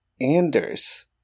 Anders